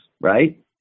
Right